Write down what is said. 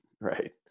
Right